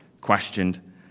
questioned